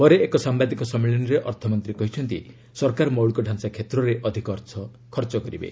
ପରେ ଏକ ସାମ୍ଭାଦିକ ସମ୍ମିଳନୀରେ ଅର୍ଥମନ୍ତୀ କହିଛନ୍ତି ସରକାର ମୌଳିକ ଢାଞ୍ଚା କ୍ଷେତ୍ରରେ ଅଧିକ ଅର୍ଥ ଖର୍ଚ୍ଚ କରିବେ